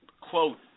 quote